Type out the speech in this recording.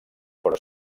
però